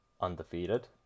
undefeated